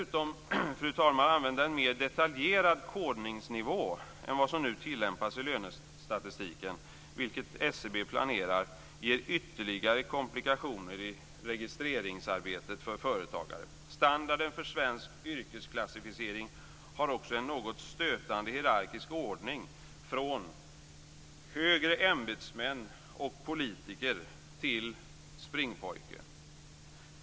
Att man dessutom skulle använda en mer detaljerad kodningsnivå än vad som nu tillämpas i lönestatistiken, vilket SCB planerar, skulle medföra ytterligare komplikationer i registreringsarbetet för företagare. Standarden för svensk yrkesklassificering har också en något stötande hierarkisk ordning från högre ämbetsmän och politiker till springpojkar.